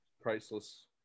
priceless